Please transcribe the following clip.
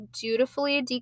dutifully